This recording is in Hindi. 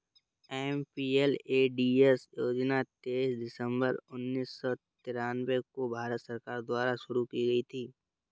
एम.पी.एल.ए.डी.एस योजना तेईस दिसंबर उन्नीस सौ तिरानवे को भारत सरकार द्वारा शुरू की गयी थी